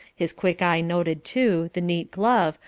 his quick eye noted too, the neat glove,